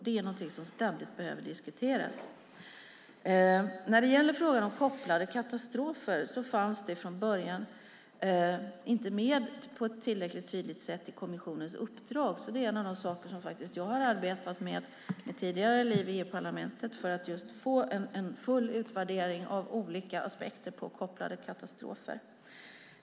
Det är någonting som ständigt behöver diskuteras. Frågan om kopplade katastrofer fanns från början inte med på ett tillräckligt tydligt sätt i kommissionens uppdrag. Det är en av de saker som jag har arbetat med i mitt tidigare liv i EU-parlamentet för att just få en full utvärdering av olika aspekter på kopplade katastrofer.